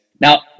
Now